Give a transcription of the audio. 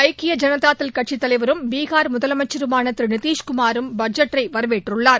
ஐக்கிய ஜனதாதள் கட்சித் தலைவரும் பீகார் முதலமைச்சருமான திருநிதிஷ்குமாரும் பட்ஜெட்டை வரவேற்றுள்ளார்